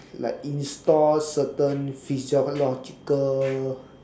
like install certain physiological